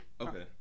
Okay